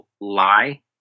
lie